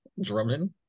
Drummond